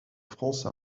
france